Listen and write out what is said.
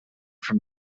for